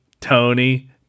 Tony